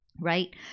right